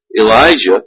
Elijah